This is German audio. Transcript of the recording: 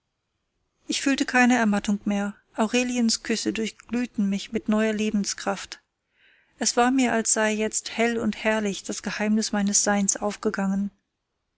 ich fühlte keine ermattung mehr aureliens küsse durchglühten mich mit neuer lebenskraft es war mir als sei jetzt hell und herrlich das geheimnis meines seins aufgegangen